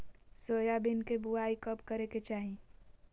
Soybean के बुआई कब करे के चाहि?